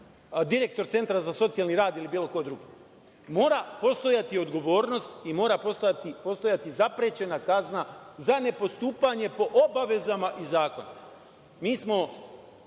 direktor Centra za socijalni rad ili bilo ko drugi. Mora postojati odgovornost i mora postojati zaprećena kazna za nepostupanje po obavezama iz zakona. Mi smo